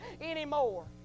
anymore